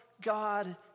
God